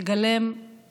מגלם דוד פתל,